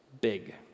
big